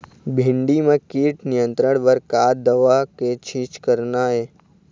भिंडी म कीट नियंत्रण बर का दवा के छींचे करना ये?